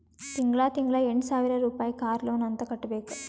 ತಿಂಗಳಾ ತಿಂಗಳಾ ಎಂಟ ಸಾವಿರ್ ರುಪಾಯಿ ಕಾರ್ ಲೋನ್ ಅಂತ್ ಕಟ್ಬೇಕ್